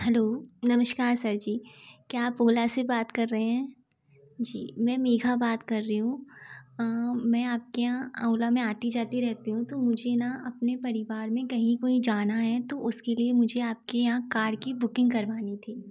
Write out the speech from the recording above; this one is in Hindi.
हेलो नमस्कार सर जी क्या आप ओला से बात कर रहें हैं जी मैं मेघा बात कर रही हूँ मैं आप के यहाँ ओला में आती जाती रहती हूँ तो मुझे ना अपने परिवार में कहीं कोई जाना है तो उसके लिए मुझे आप के यहाँ कार की बुकिंग करवानी थी